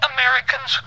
Americans